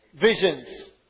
visions